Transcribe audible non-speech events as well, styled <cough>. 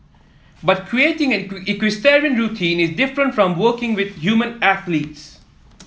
but creating an <unintelligible> equestrian routine is different from working with human athletes